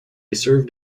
served